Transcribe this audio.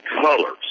colors